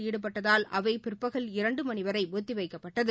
ாடுபட்டதால் அவைபிற்பகல் இரண்டுமணிவரைஒத்திவைக்கப்பட்டது